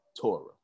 Torah